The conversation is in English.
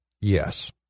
Yes